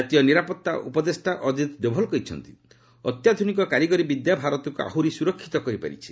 ଜାତୀୟ ନିରାପତ୍ତା ଉପଦେଷ୍ଟା ଅଜିତ୍ ଡୋଭାଲ୍ କହିଛନ୍ତି ଅତ୍ୟାଧୁନିକ କାରିଗରି ବିଦ୍ୟା ଭାରତକୁ ଆହୁରି ସୁରକ୍ଷିତ କରିପାରିଛି